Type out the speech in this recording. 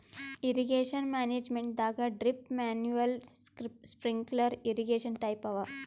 irrigation ಮ್ಯಾನೇಜ್ಮೆಂಟದಾಗ್ drip manual sprinkler irrigation type ಅವ